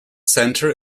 center